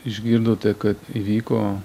išgirdote kad įvyko